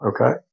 Okay